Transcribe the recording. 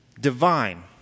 divine